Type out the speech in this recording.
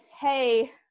hey